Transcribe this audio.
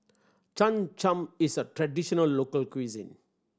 Cham Cham is a traditional local cuisine